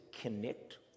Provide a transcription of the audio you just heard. connect